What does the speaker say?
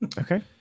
Okay